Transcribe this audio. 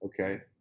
Okay